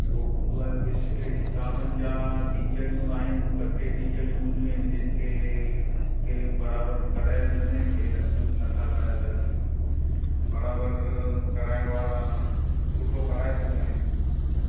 ॿियो हूंदो आहे हिसाबनि जा टीचरियूं ना आहिनि ॿ टे टीचरियूं हूंदियूं आहिनि जिनि खे कंहिं बराबरि कराए सघंदा आहिनि कंहिं नथा नथा कराए सघनि बराबरि कराइणु वारा सुठो पढ़ाए सघंदा आहिनि